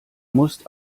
musst